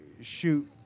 shoot